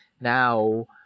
now